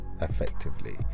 effectively